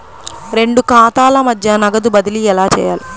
రెండు ఖాతాల మధ్య నగదు బదిలీ ఎలా చేయాలి?